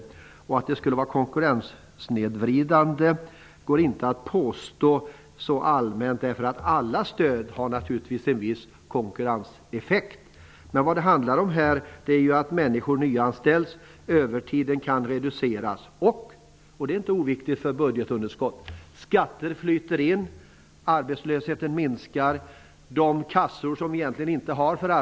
Att det här instrumentet skulle vara konkurrenssnedvridande kan man inte så allmänt uttala sig om. Alla stöd har naturligtvis en viss konkurrenseffekt. Vad det handlar om här är att människor nyanställs. Vidare kan övertiden reduceras. Och, och det är inte oviktigt med avseende på budgetunderskottet, skatter flyter in. Arbetslösheten minskar, och kassor får mindre utgifter.